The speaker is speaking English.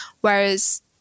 Whereas